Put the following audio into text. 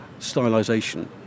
stylisation